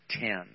ten